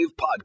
Podcast